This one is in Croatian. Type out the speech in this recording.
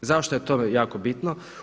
Zašto je to jako bitno?